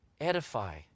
edify